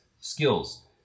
skills